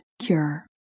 cure